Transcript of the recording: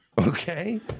Okay